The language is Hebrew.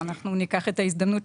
ואנחנו ניקח את ההזדמנות